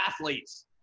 athletes